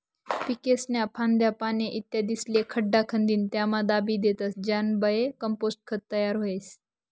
पीकेस्न्या फांद्या, पाने, इत्यादिस्ले खड्डा खंदीन त्यामा दाबी देतस ज्यानाबये कंपोस्ट खत तयार व्हस